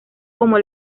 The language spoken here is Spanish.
como